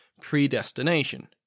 predestination